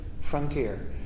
frontier